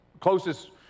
closest